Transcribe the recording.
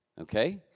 okay